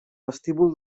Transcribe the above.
vestíbul